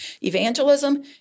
Evangelism